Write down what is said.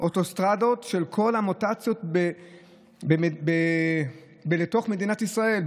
אוטוסטרדות של כל המוטציות בתוך מדינת ישראל.